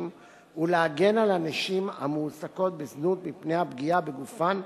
ולהגן על הנשים המועסקות בזנות מפני הפגיעה בגופן,